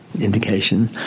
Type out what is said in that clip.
indication